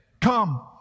Come